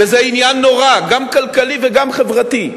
וזה עניין נורא, גם כלכלי וגם חברתי.